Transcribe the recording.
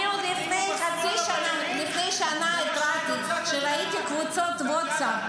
אני עוד לפני שנה התרעתי כשראיתי קבוצות ווטסאפ,